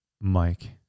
Mike